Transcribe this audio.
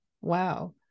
Wow